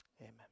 Amen